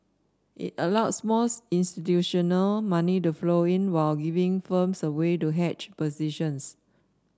it allows more institutional money to flow in while giving firms a way to hedge positions